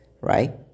right